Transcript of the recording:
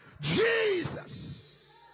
Jesus